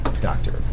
Doctor